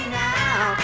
now